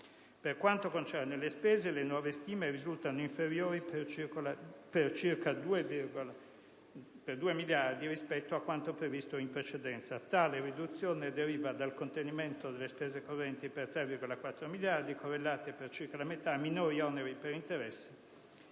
Per quanto concerne le spese, le nuove stime risultano inferiori per circa 2 miliardi di euro rispetto a quanto previsto in precedenza; tale riduzione deriva dal contenimento delle spese correnti per 3,4 miliardi di euro, correlate per circa la metà a minori oneri per interessi